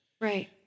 Right